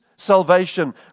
salvation